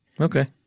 Okay